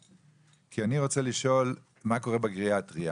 רוצה לשאול מה קורה בגריאטריה?